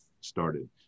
started